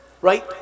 Right